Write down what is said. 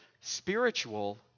spiritual